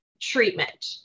treatment